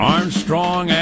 Armstrong